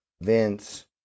Vince